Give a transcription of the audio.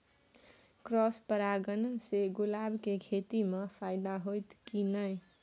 Cross परागण से गुलाब के खेती म फायदा होयत की नय?